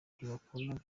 ntibakunda